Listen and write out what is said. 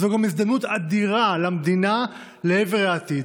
זו גם הזדמנות אדירה למדינה לעבר העתיד.